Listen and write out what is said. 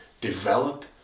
develop